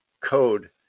code